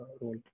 role